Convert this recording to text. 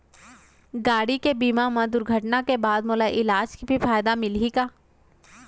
गाड़ी के बीमा मा दुर्घटना के बाद मोला इलाज के भी फायदा मिलही का?